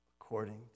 according